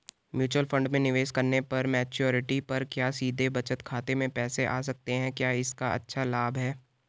Mutual fund में निवेश करने पर मैच्योरिटी पर क्या सीधे बचत खाते में पैसे आ सकते हैं क्या इसका अच्छा लाभ है?